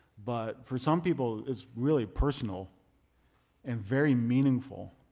but for some people it's really personal and very meaningful.